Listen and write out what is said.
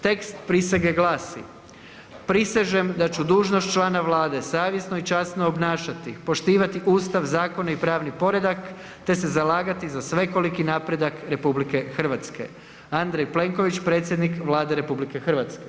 Tekst prisege glasi: „Prisežem da ću dužnost člana Vlade savjesno i časno obnašati, poštivati Ustav, zakone i pravni poredak te se zalagati za svekoliki napredak RH.“ Andrej Plenković, predsjednik Vlade RH.